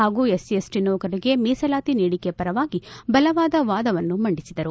ಹಾಗೂ SC SC ನೌಕರರಿಗೆ ಮೀಸಲಾತಿ ನೀಡಿಕೆಯ ಪರವಾಗಿ ಬಲವಾದ ವಾದವನ್ನು ಮಂಡಿಸಿದರು